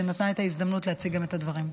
שנתנה את ההזדמנות להציג את הדברים.